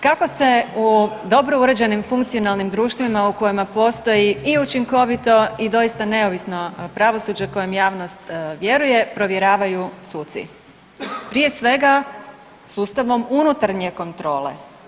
Kako se u dobro uređenim funkcionalnim društvima u kojima postoji i učinkovito i doista neovisno pravosuđe kojem javnost vjeruju provjeravaju suci, prije svega sustavom unutarnje kontrole.